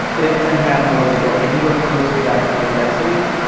if manhattan want to get anywhere close to that kind of density,